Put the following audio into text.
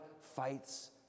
fights